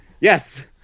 yes